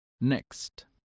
next